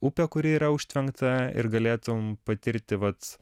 upę kuri yra užtvenkta ir galėtum patirti vat